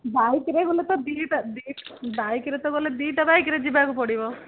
ବାଇକ୍ରେ ଗଲେ ତ ଦୁଇଟା ଦୁଇ ବାଇକ୍ରେ ତ ଗଲେ ଦୁଇଟା ବାଇକ୍ରେ ଯିବାକୁ ପଡ଼ିବ